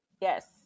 Yes